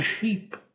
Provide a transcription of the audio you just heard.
sheep